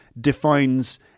defines